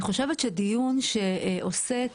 אני חושבת שדיון שעוסק